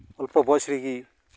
ᱚᱞᱯᱚ ᱵᱚᱭᱮᱥ ᱨᱮᱜᱤ